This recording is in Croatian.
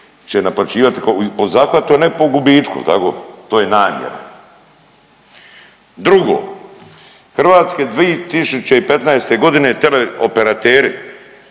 će naplaćivati po zahvatu, a ne po gubitku, je li tako? To je namjera. Drugo, Hrvatska 2015. g., teleoperateri